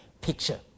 picture